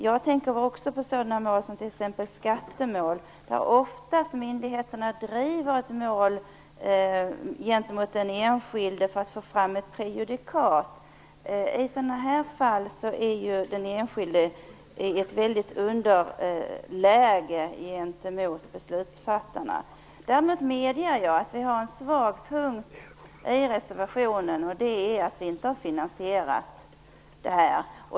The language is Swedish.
Jag tänker också på t.ex. skattemål, där myndigheterna ofta driver ett mål gentemot den enskilde för att få fram ett prejudikat. I sådana här fall är ju den enskilde i ett väldigt underläge gentemot beslutsfattarna. Däremot medger jag att vi har en svag punkt i reservationen, nämligen att vi inte har finansierat detta.